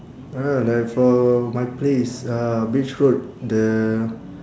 uh like for my place uh beach road the